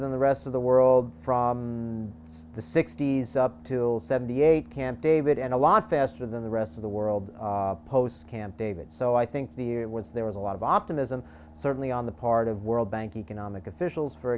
than the rest of the world from the sixty's up to seventy eight camp david and a lot faster than the rest of the world post camp david so i think the year it was there was a lot of optimism certainly on the part of world bank economic officials for